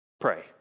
pray